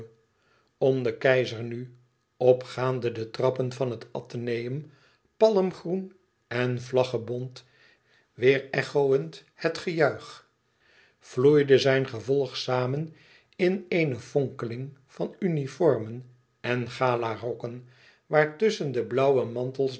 om den keizer nu opgaande de trappen van het atheneum palmgroen en vlaggenbont weêrechoënd het gejuich vloeide zijn gevolg samen in eene fonkeling van uniformen en galarokken waartusschen de blauwe mantels